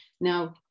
now